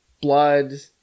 blood